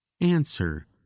Answer